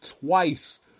twice